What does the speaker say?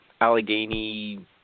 Allegheny